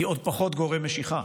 היא עוד פחות גורם משיכה,